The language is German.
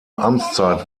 amtszeit